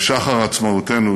לשחר עצמאותנו,